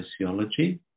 sociology